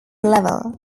level